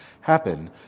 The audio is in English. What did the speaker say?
happen